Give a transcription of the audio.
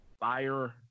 Fire